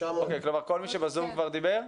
כל מי שבזום כבר דיבר?